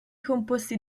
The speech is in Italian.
composti